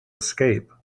escape